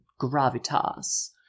gravitas